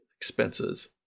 expenses